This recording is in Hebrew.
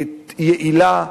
היא יעילה,